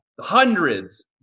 Hundreds